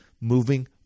moving